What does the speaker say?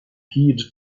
heed